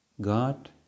God